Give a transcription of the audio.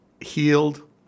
healed